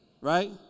Right